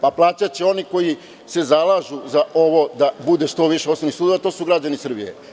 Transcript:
Plaćaće oni koji se zalažu za ovo da bude što više osnovnih sudova, to su građani Srbije.